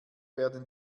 werden